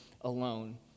alone